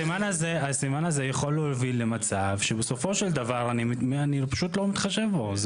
הסימן הזה יכול להוביל למצב שבסופו של דבר אני פשוט לא מתחשב בו.